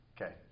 Okay